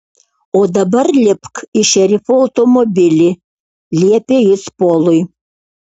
o dabar lipk į šerifo automobilį liepė jis polui